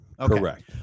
Correct